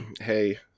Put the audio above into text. Hey